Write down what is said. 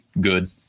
good